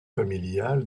familiale